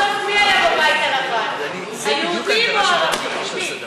בסוף מי היה בבית הלבן, היהודים או הערבים?